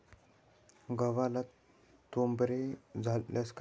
गव्हाला तांबेरा झाल्यास काय करावे?